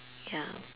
ya